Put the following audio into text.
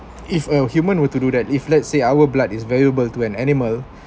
if a human were to do that if let's say our blood is valuable to an animal